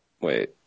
wait